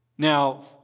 Now